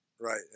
right